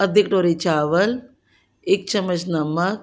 ਅੱਧੀ ਕਟੋਰੀ ਚਾਵਲ ਇਕ ਚਮਚ ਨਮਕ